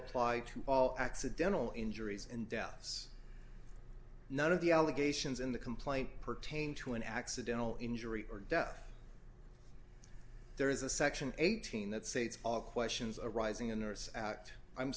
plight all accidental injuries and deaths none of the allegations in the complaint pertain to an accidental injury or death there is a section eighteen that states all questions arising a nurse act i'm